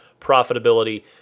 profitability